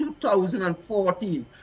2014